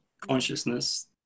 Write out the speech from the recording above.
consciousness